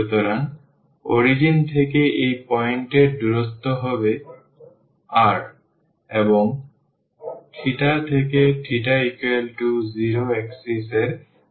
সুতরাং অরিজিন থেকে এই পয়েন্ট এর দূরত্ব হবে r এবং θ থেকে θ 0 axis এর অ্যাঙ্গেল হবে θ